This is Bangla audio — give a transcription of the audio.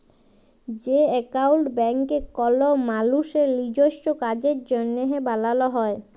যে একাউল্ট ব্যাংকে কল মালুসের লিজস্য কাজের জ্যনহে বালাল হ্যয়